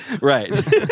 Right